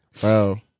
bro